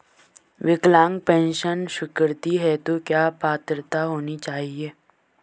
विकलांग पेंशन स्वीकृति हेतु क्या पात्रता होनी चाहिये?